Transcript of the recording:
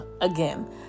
Again